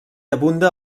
abunda